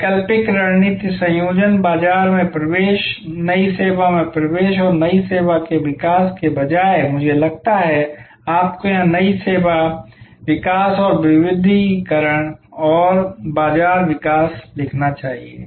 वैकल्पिक रणनीति संयोजन बाजार में प्रवेश नई सेवा में प्रवेश और नई सेवा के विकास के बजाय मुझे लगता है कि आपको यहां नई सेवा विकास और विविधीकरण और बाजार विकास लिखना चाहिए